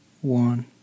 one